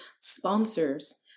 sponsors